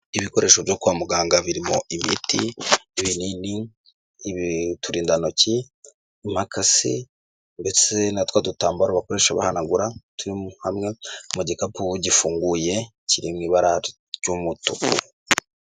Ibikoresho byo kwa muganga birimo ibiti, binini, uturindantoki, impakasi ndetse na twa dutambaro bakoresha bahanagura turi hamwe mu gikapu gifunguye kiri mu ibara ry'umutuku.